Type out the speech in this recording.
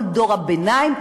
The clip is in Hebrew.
כל דור הביניים,